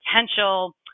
potential